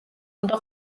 უნდა